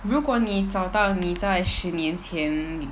如果你找到你在十年前